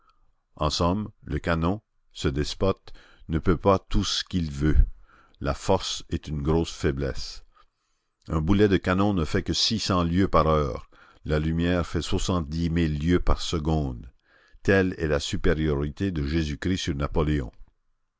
en somme le canon ce despote ne peut pas tout ce qu'il veut la force est une grosse faiblesse un boulet de canon ne fait que six cents lieues par heure la lumière fait soixante-dix mille lieues par seconde telle est la supériorité de jésus-christ sur napoléon